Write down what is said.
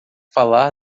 falar